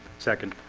second.